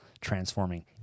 transforming